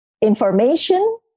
information